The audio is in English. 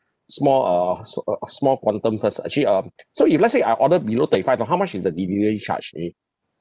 small uh s~ uh uh small quantum first ah actually um so if let's say I order below thirty five dollar how much is the delivery charge eh